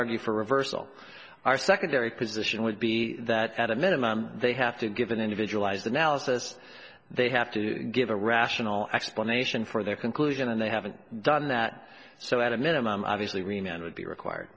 argue for reversal our secondary position would be that at a minimum they have to give an individualized analysis they have to give a rational explanation for their conclusion and they haven't done that so at a minimum obviously reman would be required